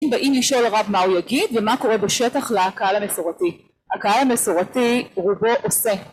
אם באים לשאול הרב מה הוא יגיד ומה קורה בשטח לקהל המסורתי הקהל המסורתי רובו עושה